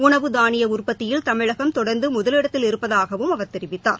உணவு தானிய உற்பத்தியில் தமிழகம் தொடர்ந்து முதலிடத்தில் இருப்பதாகவும் அவர் தெரிவித்தார்